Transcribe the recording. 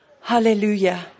Hallelujah